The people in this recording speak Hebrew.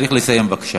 צריך לסיים בבקשה.